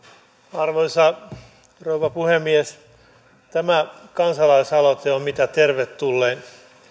arvoisa rouva puhemies tämä kansalaisaloite on mitä tervetullein